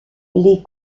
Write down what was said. les